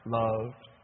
loved